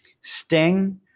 sting